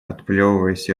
отплевываясь